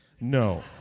No